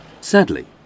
Sadly